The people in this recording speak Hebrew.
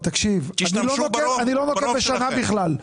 תקשיב, אני לא נוקב בשנה בכלל.